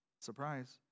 Surprise